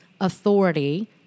authority